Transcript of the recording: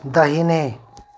दाहिने